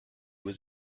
was